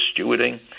stewarding